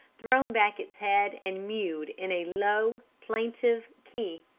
thrown back its head and mewed in a low, plaintive key,